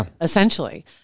essentially